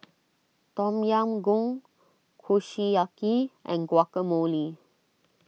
Tom Yam Goong Kushiyaki and Guacamole